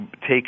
take